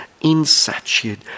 insatiate